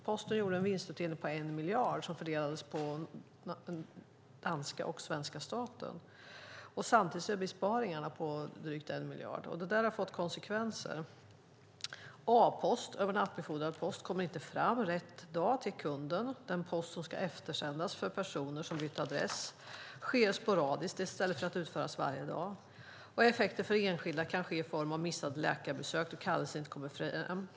Posten gjorde en vinstutdelning på 1 miljard som fördelades på danska och svenska staten samtidigt som man gjorde besparingar på drygt 1 miljard. Det där har fått konsekvenser. A-post, övernattbefordrad post, kommer inte fram rätt dag till kunden. Den post som ska eftersändas till personer som bytt adress eftersänds sporadiskt i stället för varje dag. Effekter för enskilda kan uppstå i form av missade läkarbesök då kallelser inte kommer fram.